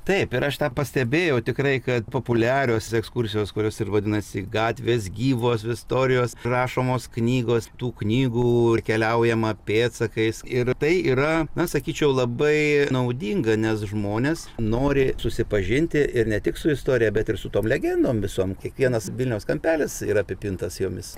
taip ir aš tą pastebėjau tikrai kad populiarios ekskursijos kurios ir vadinasi gatvės gyvos istorijos rašomos knygos tų knygų ir keliaujama pėdsakais ir tai yra na sakyčiau labai naudinga nes žmonės nori susipažinti ir ne tik su istorija bet ir su tom legendom visom kiekvienas vilniaus kampelis yra apipintas jomis